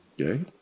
Okay